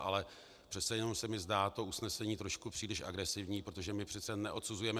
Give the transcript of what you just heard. Ale přece jenom se mi zdá to usnesení trošku příliš agresivní, protože my přece neodsuzujeme UNESCO.